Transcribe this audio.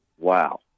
Wow